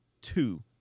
two